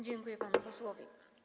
Dziękuję panu posłowi.